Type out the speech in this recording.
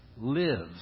lives